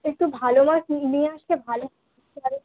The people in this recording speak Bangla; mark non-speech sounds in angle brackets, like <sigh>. একটু ভালো মাছ নি নিয়ে আসলে ভালো <unintelligible>